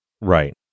Right